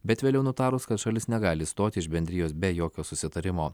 bet vėliau nutarus kad šalis negali išstoti iš bendrijos be jokio susitarimo